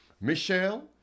Michelle